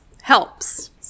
helps